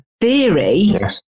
theory